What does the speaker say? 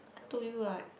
told you what